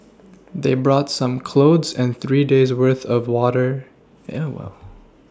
they brought some clothes and three days' worth of water yeah well